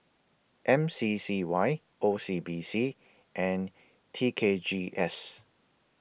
M C C Y O C B C and T K G S